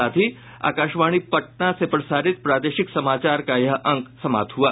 इसके साथ ही आकाशवाणी पटना से प्रसारित प्रादेशिक समाचार का ये अंक समाप्त हुआ